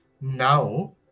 Now